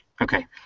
Okay